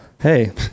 Hey